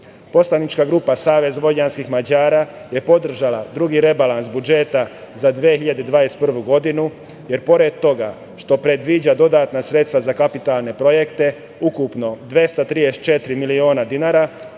Srbiji. Poslanička grupa Savez vojvođanskih Mađara je podržala drugi rebalans budžeta za 2021. godinu, jer pored toga što predviđa dodatna sredstva za kapitalne projekte, ukupno 234 miliona dinara,